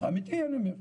אמיתי, אני אומר.